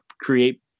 create